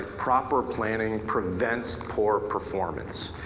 proper planning prevents poor performance.